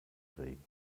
regen